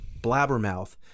Blabbermouth